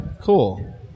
cool